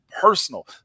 personal